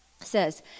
says